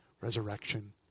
resurrection